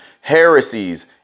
heresies